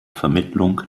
vermittlung